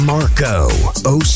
Marco